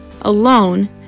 Alone